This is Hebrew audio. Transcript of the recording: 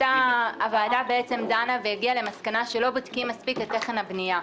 הוועדה דנה והגיעה למסקנה שלא בודקים מספיק את תכן הבנייה.